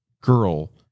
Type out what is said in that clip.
girl